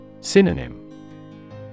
Synonym